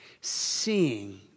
seeing